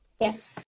Yes